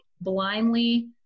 blindly